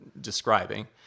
describing